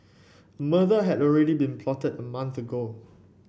a murder had already been plotted a month ago